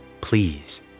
please